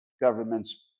government's